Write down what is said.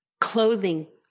clothing